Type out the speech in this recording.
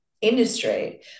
industry